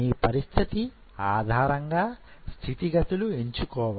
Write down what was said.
మీ పరిస్థితి ఆధారంగా స్థితి గతులు ఎంచుకోవాలి